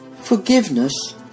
Forgiveness